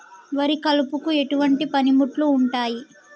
వరి కలుపుకు ఎటువంటి పనిముట్లు ఉంటాయి?